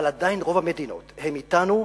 אבל עדיין רוב המדינות הן אתנו,